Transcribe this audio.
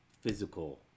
physical